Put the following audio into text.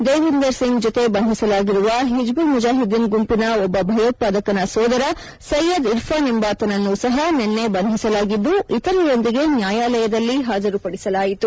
ದೇವಿಂದರ್ ಸಿಂಗ್ ಜೊತೆ ಬಂಧಿಸಲಾಗಿರುವ ಹಿಜ್ಬುಲ್ ಮುಜಾಹಿದ್ದೀನ್ ಗುಂಪಿನ ಒಬ್ಬ ಭಯೋತ್ವಾದಕನ ಸೋದರ ಸೈಯದ್ ಇರ್ಫಾನ್ ಎಂಬಾತನನ್ನೂ ಸಹ ನಿನ್ನೆ ಬಂಧಿಸಲಾಗಿದ್ದು ಇತರರೊಂದಿಗೆ ನ್ಯಾಯಾಲಯದಲ್ಲಿ ಹಾಜರುಪಡಿಸಲಾಯಿತು